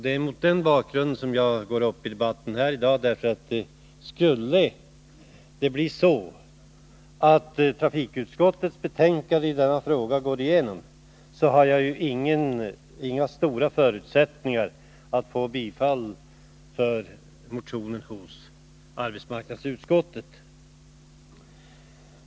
Det är mot den bakgrunden som jag går upp i debatten här i dag, för om det skulle bli så att trafikutskottets hemställan i denna fråga bifalles finns det ju inte stora förutsättningar för att jag får min motion tillstyrkt av arbetsmarknadsutskottet.